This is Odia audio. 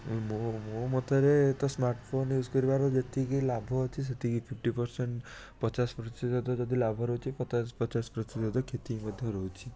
ମୋ ମୋ ମତରେ ତ ସ୍ମାର୍ଟ୍ଫୋନ୍ ୟୁଜ୍ କରିବାର ଯେତିକି ଲାଭ ଅଛି ସେତିକି ଫିଫ୍ଟି ପରସେଣ୍ଟ ପଚାଶ ପ୍ରତିଶତ ଯଦି ଲାଭ ରହୁଛି ପଚାଶ ପଚାଶ ପ୍ରତିଶତ କ୍ଷତି ମଧ୍ୟ ରହୁଛି